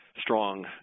strong